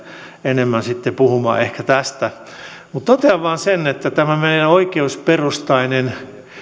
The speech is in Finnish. enemmän puhumaan tästä totean vain sen että tämä meidän ihmisoikeusperustainen